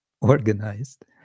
organized